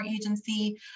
agency